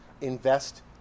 Invest